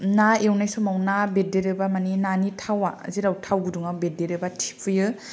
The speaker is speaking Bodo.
ना एवनाय समाव ना बेरदेरोबा मानि नानि थावा जेराव थाव गुदुङा बेरदेरो बा थिफुयो